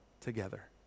together